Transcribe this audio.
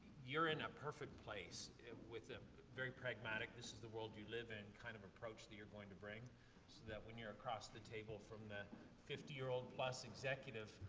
you're in a perfect place with a very pragmatic, this is the world you live in, kind of approach that you're going to bring, so that when you're across the table from the fifty year old plus executive,